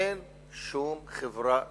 אין שום חברה נורמלית,